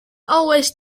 always